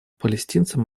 палестинцам